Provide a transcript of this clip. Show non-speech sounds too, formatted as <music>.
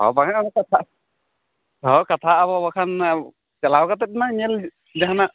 ᱦᱮᱸ ᱵᱟᱝᱟ <unintelligible> ᱦᱮᱸ ᱠᱟᱛᱷᱟ ᱟᱵᱚᱵᱚ ᱵᱟᱠᱷᱟᱱ ᱪᱟᱞᱟᱣ ᱠᱟᱛᱮᱫ ᱢᱟ ᱧᱮᱞ ᱡᱟᱦᱟᱱᱟᱜ